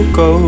go